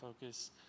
focus